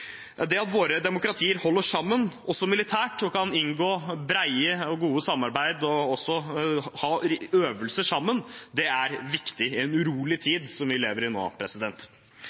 Det at våre demokratier holder sammen, også militært, og kan inngå brede og gode samarbeid og også ha øvelser sammen, er viktig i en urolig tid som den vi lever i nå.